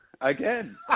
again